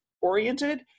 oriented